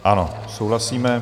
Ano, souhlasíme.